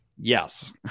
Yes